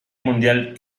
mundial